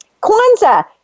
Kwanzaa